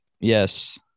Yes